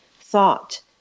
thought